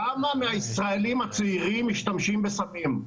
כמה מהישראלים הצעירים משתמשים בסמים?